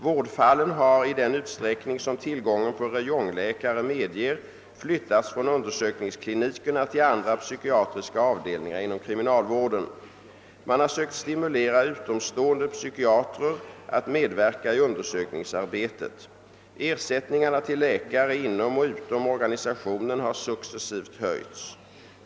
Vårdfallen har i den utsträckning som tillgången på räjongläkare medger flyttats från undersökningsklinikerna till andra psykiatriska avdelningar inom kriminalvården. Man har sökt stimulera utomstående psykiatrer att medverka i undersökningsarbetet. Ersättningarna till läkare inom och utom organisationen har successivt höjts.